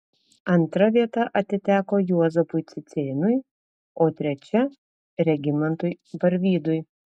antra vieta atiteko juozapui cicėnui o trečia regimantui barvydui